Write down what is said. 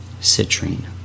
citrine